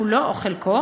כולו או חלקו,